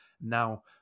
Now